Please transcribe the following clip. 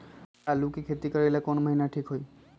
आलू के खेती करेला कौन महीना ठीक होई?